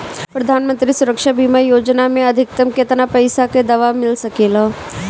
प्रधानमंत्री सुरक्षा बीमा योजना मे अधिक्तम केतना पइसा के दवा मिल सके ला?